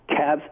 Cavs